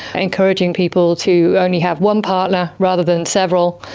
encouraging people to only have one partner rather than several,